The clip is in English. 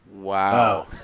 Wow